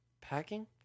packing